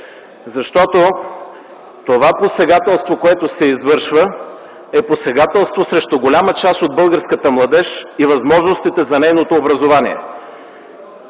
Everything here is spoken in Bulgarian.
нея. Това посегателство, което се извършва, е посегателство срещу голяма част от българската младеж и възможностите за нейното образование.